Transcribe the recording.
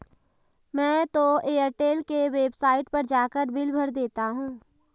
मैं तो एयरटेल के वेबसाइट पर जाकर बिल भर देता हूं